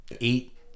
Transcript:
Eight